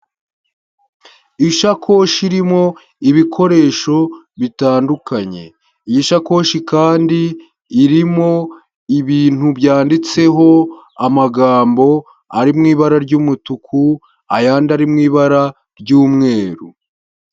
Ishakoshi irimo ibikoresho bitandukanye. Iyi shakoshi kandi irimo ibintu byanditseho amagambo ari mu ibara ry'umutuku, ayandi ari mu ibara ry'umweru.